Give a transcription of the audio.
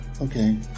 okay